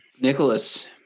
Nicholas